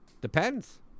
depends